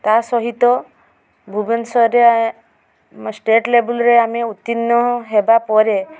ତା'ସହିତ ଭୁବନେଶ୍ୱରରେ ଷ୍ଟେଟ୍ ଲେବୁଲ୍ରେ ଆମେ ଉତ୍ତୀର୍ଣ୍ଣ ହେବା ପରେ